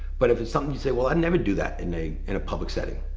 but if it's something you'd say, well, i'd never do that in a in a public setting,